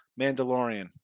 Mandalorian